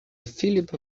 filip